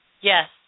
Yes